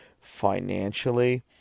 financially